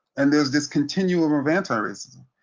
and there's this continuum of anti racism.